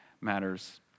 matters